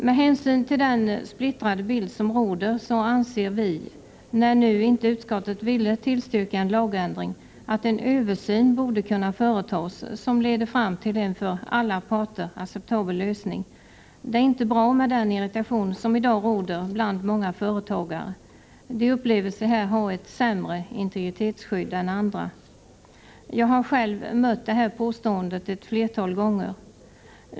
Med hänsyn till den splittrade bilden på detta område anser vi — när utskottet nu inte vill tillstyrka en lagändring — att en översyn borde kunna företas som leder fram till en för alla parter acceptabel lösning. Det är inte bra med den irritation som i dag råder bland många företagare. De upplever sig här ha ett sämre integritetsskydd än andra. Jag har själv mött detta påstående ett flertal gånger.